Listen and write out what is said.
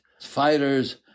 fighters